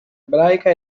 ebraica